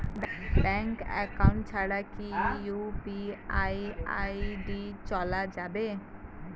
Bank account ছাড়া কি UPI ID চোলা যাবে?